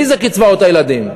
מי זה קצבאות הילדים?